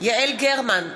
יעל גרמן,